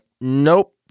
nope